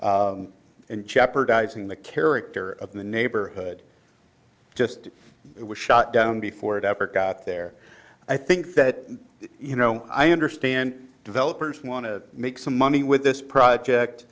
and jeopardizing the character of the neighborhood just it was shut down before it ever got there i think that you know i understand developers want to make some money with this